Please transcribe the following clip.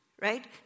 right